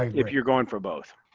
if you're going for both